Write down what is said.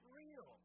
real